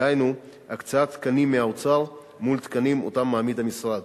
דהיינו הקצאת תקנים מהאוצר מול תקנים שאותם מעמיד המשרד.